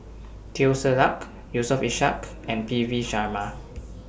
Teo Ser Luck Yusof Ishak and P V Sharma